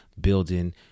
building